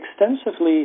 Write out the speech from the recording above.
extensively